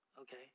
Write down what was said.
Okay